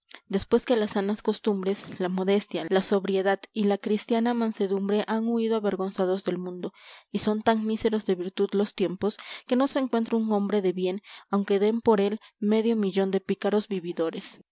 después que las sanas costumbres la modestia la sobriedad y la cristiana mansedumbre han huido avergonzadas del mundo y son tan míseros de virtud los tiempos que no se encuentra un hombre de bien aunque den por él medio millón de pícaros vividores